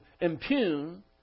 impugn